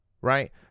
right